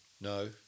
No